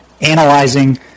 analyzing